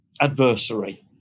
adversary